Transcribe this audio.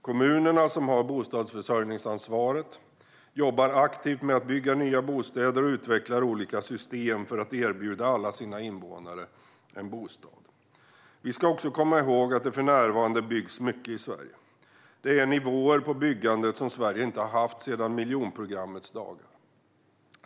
Kommunerna, som har bostadsförsörjningsansvaret, jobbar aktivt med att bygga nya bostäder och utvecklar olika system för att erbjuda alla sina invånare en bostad. Vi ska också komma ihåg att det för närvarande byggs mycket i Sverige. Det är nivåer på byggandet som Sverige inte har haft sedan miljonprogrammets dagar.